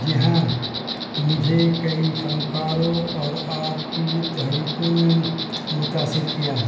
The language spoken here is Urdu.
جی ہاں مجھے کئی فنکاروں اور آرٹ کی تحریکوں نے متاثر کیا ہے